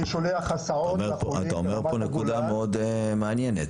אני שולח הסעות לחולים --- אתה אומר פה נקודה מאוד מעניינת,